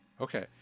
Okay